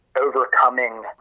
overcoming